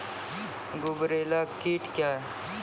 गुबरैला कीट क्या हैं?